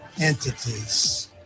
entities